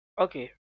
Okay